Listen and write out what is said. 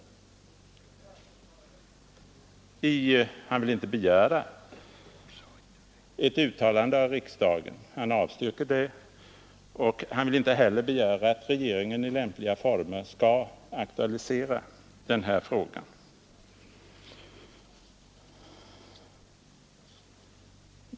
Han avstyrker förslaget om att riksdagen skall göra ett uttalande och han vill inte heller begära att regeringen i lämpliga former skall aktualisera frågan.